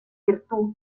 virtù